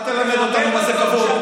אל תלמד אותנו מה זה כבוד.